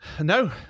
No